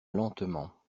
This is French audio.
lentement